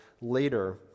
later